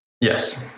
Yes